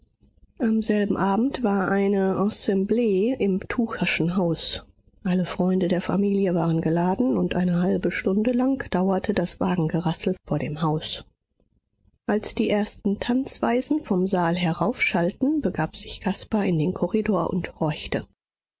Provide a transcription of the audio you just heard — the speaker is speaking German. am selben abend war eine assemblee im tucherschen haus alle freunde der familie waren geladen und eine halbe stunde lang dauerte das wagengerassel vor dem haus als die ersten tanzweisen vom saal heraufschallten begab sich caspar in den korridor und horchte